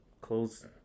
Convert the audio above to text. close